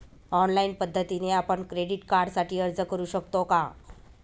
Online पद्धतीने आपण credit कार्डसाठी अर्ज करु शकतो का?